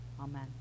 Amen